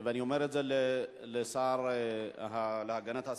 ואני אומר את זה לשר להגנת הסביבה,